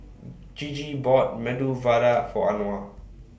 Gigi bought Medu Vada For Anwar